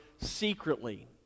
secretly